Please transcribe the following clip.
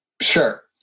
Sure